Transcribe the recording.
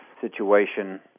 situation